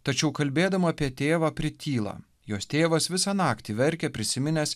tačiau kalbėdama apie tėvą prityla jos tėvas visą naktį verkė prisiminęs